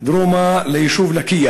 מדרום ליישוב לקיה